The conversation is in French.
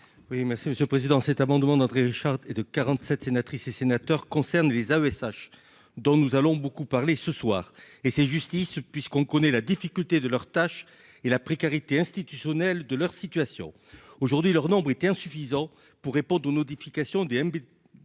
Oui, merci Monsieur le Président, cet amendement d'entrée Richard et de 47 sénatrices et sénateurs concerne les AESH dont nous allons beaucoup parler ce soir et c'est justice puisqu'on connaît la difficulté de leur tâche et la précarité institutionnelle de leur situation aujourd'hui, leur nombre était insuffisant pour répondre aux modifications des BD